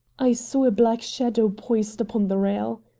i saw a black shadow poised upon the rail.